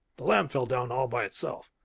the lamp fell down all by itself.